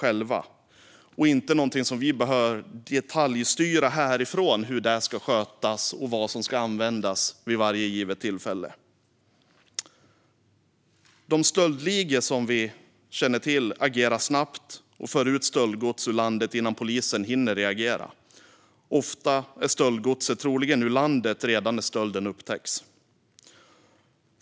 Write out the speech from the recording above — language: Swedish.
Hur det ska skötas och vad som ska användas vid varje givet tillfälle är inte någonting som vi behöver detaljstyra härifrån. De stöldligor som vi känner till agerar snabbt och för ut stöldgods ur landet innan polisen hinner reagera. Ofta är stöldgodset troligen ute ur landet redan när stölden upptäcks.